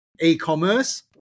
e-commerce